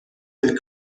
del